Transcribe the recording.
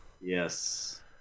Yes